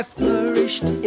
flourished